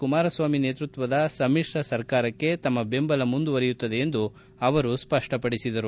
ಕುಮಾರಸ್ವಾಮಿ ನೇತೃತ್ವದ ಸಮಿತ್ರ ಸರ್ಕಾರಕ್ಕೆ ತಮ್ಮ ಬೆಂಬಲ ಮುಂದುವರೆಯುತ್ತದೆ ಎಂದು ಅವರು ಸ್ಪಷ್ಟಪಡಿಸಿದರು